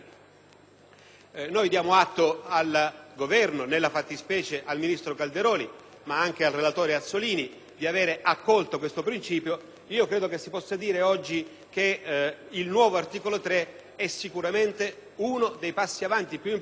Diamo atto al Governo - nella fattispecie, al ministro Calderoli, ma anche al relatore Azzollini - di aver accolto questo principio: credo che oggi si possa dire che il nuovo articolo 3 è sicuramente uno dei passi in avanti più importanti che hanno